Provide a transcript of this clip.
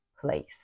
place